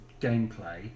gameplay